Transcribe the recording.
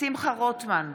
שמחה רוטמן,